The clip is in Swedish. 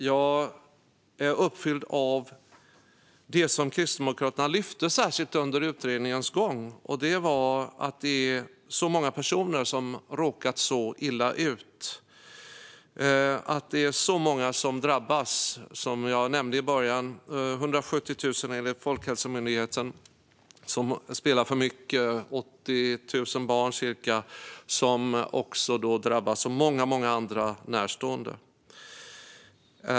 Jag är uppfylld av det som Kristdemokraterna lyfte fram särskilt under utredningens gång, och det var att det är så många personer som har råkat illa ut. Det är många som drabbas. Som jag nämnde i början är det 170 000 enligt Folkhälsomyndigheten som spelar för mycket och ca 80 000 barn som drabbas och många, många andra närstående.